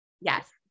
Yes